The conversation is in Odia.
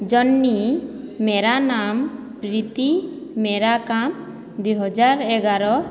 ଜନ୍ନି ମେରା ନାମ ପ୍ରୀତି ମେରା କାମ ଦୁଇହଜାର ଏଗାର